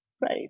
Right